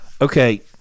Okay